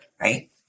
Right